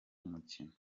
umukino